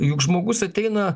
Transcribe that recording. juk žmogus ateina